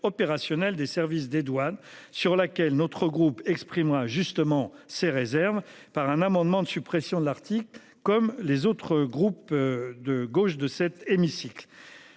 des services des douanes sur laquelle notre groupe exprimera justement ces réserves par un amendement de suppression de l'Arctique comme les autres groupes de gauche de cet hémicycle